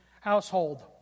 household